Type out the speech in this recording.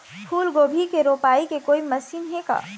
फूलगोभी के रोपाई के कोई मशीन हे का?